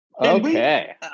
Okay